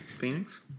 phoenix